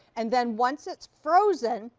and then once it's frozen,